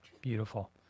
Beautiful